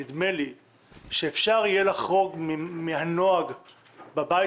אני חושב שאפשר יהיה לחרוג מהנוהג בבית